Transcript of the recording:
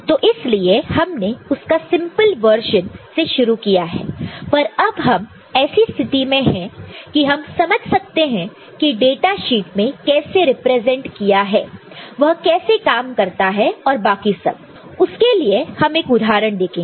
तो इसीलिए हमने उसका सिंपल वर्जन से शुरू किया पर अब हम ऐसी स्थिति में है कि हम समझ सकते हैं की डेटाशीट में कैसे रिप्रेजेंट किया है वह कैसे काम करता है और बाकी सब उसके लिए हम एक उदाहरण देखेंगे